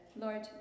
Lord